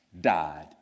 died